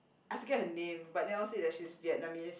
I forget her name but Niel said that she's Vietnamese